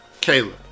Kayla